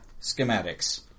schematics